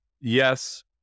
yes